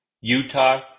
Utah